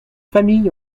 familles